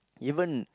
even